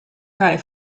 cae